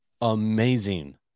amazing